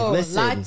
listen